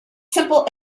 simple